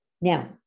Now